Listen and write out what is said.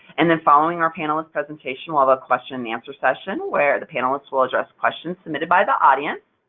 and then, following our panelist presentation, we'll have a question-and-answer session where the panelists will address questions submitted by the audience.